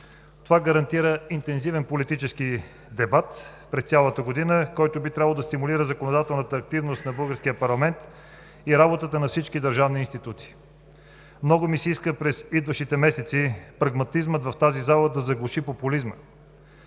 Това гарантира интензивен политически дебат през цялата година, който би трябвало да стимулира законодателната активност на българския парламент и работата на всички държавни институции. Много ми се иска през идващите месеци прагматизмът в тази зала да заглуши популизма,